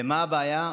ומה הבעיה?